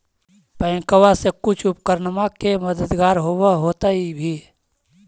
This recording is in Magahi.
बैंकबा से कुछ उपकरणमा के मददगार होब होतै भी?